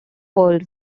world